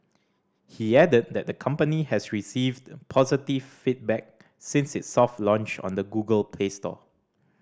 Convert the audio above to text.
he added that the company has received positive feedback since its soft launch on the Google Play store